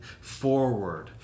forward